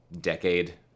decade